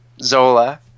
Zola